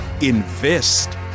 Invest